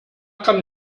kann